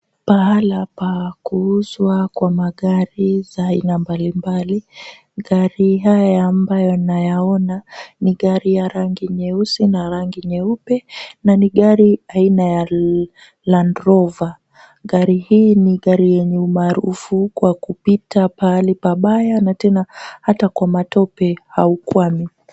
Pahala pa kuuzwa kwa magari za aina mbalimbali. Gari haya ambayo nayaona ni gari ya rani nyeusi na rangi nyeupe na ni gari aina ya Landrover. Gari hii ni gari yenye umaarufu kwa kupita pahali pabaya na tena kwa matope au ukwame.